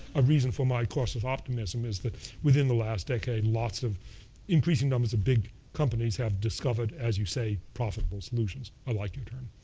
a reason for my cautious optimism is that within the last decade lots of increasing numbers of big companies have discovered, as you say, possible solutions. i like your term.